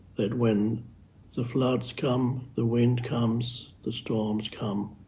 that when the floods come, the wind comes, the storms come,